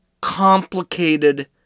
complicated